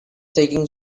taking